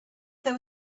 there